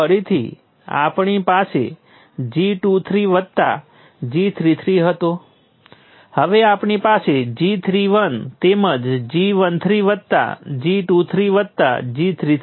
જ્યારે આપણી પાસે સર્કિટમાં વોલ્ટેજ સ્ત્રોત હોય અને આપણે નોડલ વિશ્લેષણ કરવું પડે ત્યારે આ આવશ્યક સમસ્યા છે વોલ્ટેજ સ્ત્રોતનો કરંટ વોલ્ટેજ સ્રોતોમાં વોલ્ટેજ સાથે સંબંધિત નથી